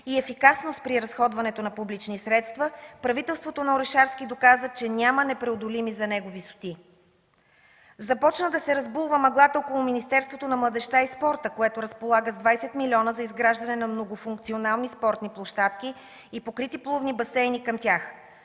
и ефикасност при разходването на публични средства, правителството на Орешарски доказа, че няма непреодолими за него висоти. Започна да се разбулва мъглата около Министерството на младежта и спорта, което разполага с 20 милиона за изграждане на многофункционални спортни площадки и покрити плувни басейни към тях.